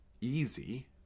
easy